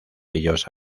ellos